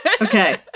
Okay